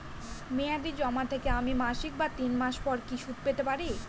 মেয়াদী জমা থেকে আমি মাসিক বা তিন মাস পর কি সুদ পেতে পারি?